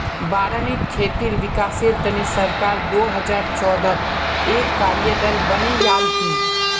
बारानीत खेतीर विकासेर तने सरकार दो हजार चौदहत एक कार्य दल बनैय्यालकी